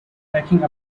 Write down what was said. attacking